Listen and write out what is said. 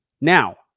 Now